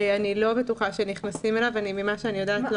אני לא בטוחה שנכנסים אליו וממה שאני יודעת,